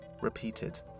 repeated